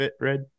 red